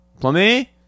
Plummy